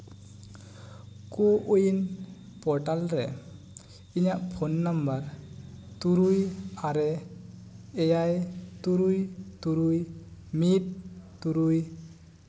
CoWIN portal ᱨᱮ ᱤᱧᱟᱹᱜ phone number ᱛᱩᱨᱩᱭ ᱟᱨᱮ ᱮᱭᱟᱭ ᱛᱩᱨᱩᱭ ᱛᱩᱨᱩᱭ ᱢᱤᱫ ᱛᱩᱨᱩᱭ